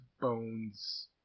bones